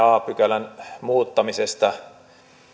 a pykälän muuttamisesta